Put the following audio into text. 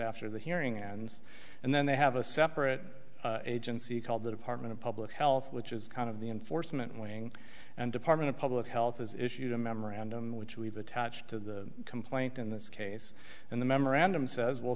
after the hearing and and then they have a separate agency called the department of public health which is kind of the enforcement wing and department of public health has issued a memorandum which we've attached to the complaint in this case and the memorandum says well